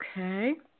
Okay